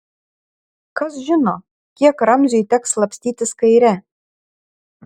kas žino kiek ramziui teks slapstytis kaire